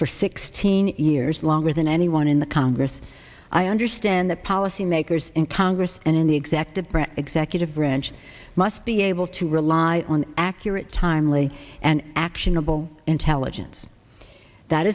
for sixteen years longer than anyone in the congress i understand that policymakers in congress and in the executive branch executive branch must be able to rely on accurate timely and actionable intelligence that